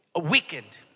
weakened